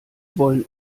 wollen